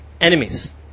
enemies